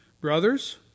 Brothers